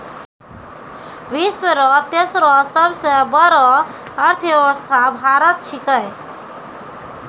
विश्व रो तेसरो सबसे बड़ो अर्थव्यवस्था भारत छिकै